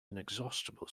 inexhaustible